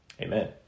Amen